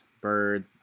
bird